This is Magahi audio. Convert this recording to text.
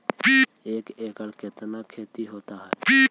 एक एकड़ कितना खेति होता है?